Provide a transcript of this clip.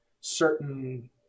certain